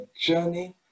journey